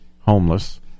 homeless